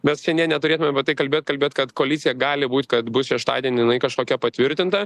mes seniai neturėtumėm tai kalbėt kalbėt kad koalicija gali būt kad bus šeštadienį jinai kažkokia patvirtinta